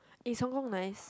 is Hong-Kong nice